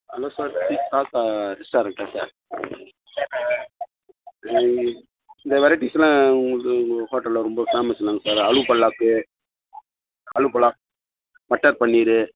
hello sir Sri Shasta ரெஸ்டாரண்ட்டா sir இந்த வெரைட்டீஸுலாம் உங்களுக்கு உங்க ஹோட்டலில் ரொம்ப ஃபேமஸுன்னாங்க சார் ஆலு பல்லாக்கு ஆலு பல்லாக் மட்டர் பன்னீரு